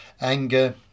anger